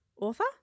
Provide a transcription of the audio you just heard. author